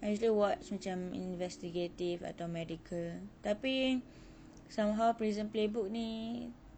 I usually watch macam investigative atau medical tapi somehow prison playbook ni